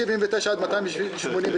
רוויזיה על פניות מס' 258 260